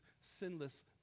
sinless